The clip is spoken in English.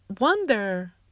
wonder